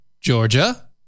Georgia